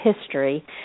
history